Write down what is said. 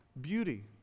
beauty